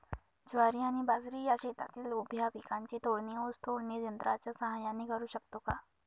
ज्वारी आणि बाजरी या शेतातील उभ्या पिकांची तोडणी ऊस तोडणी यंत्राच्या सहाय्याने करु शकतो का?